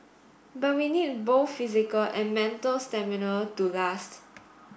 but we need both physical and mental stamina to last